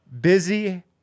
Busy